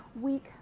week